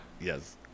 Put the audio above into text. yes